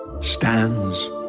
stands